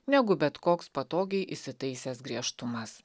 negu bet koks patogiai įsitaisęs griežtumas